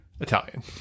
Italian